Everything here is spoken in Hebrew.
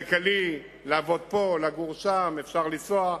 כלכלי, לעבוד פה, לגור שם, אפשר לנסוע,